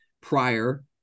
prior